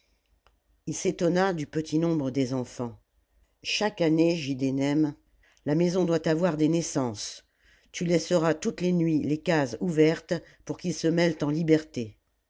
il s'étonna du petit nombre des enfants chaque année giddenem la maison doit avoir des naissances tu laisseras toutes les nuits les cases ouvertes pour qu'ils se mêlent en hberté